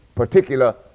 particular